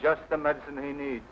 just the medicine they need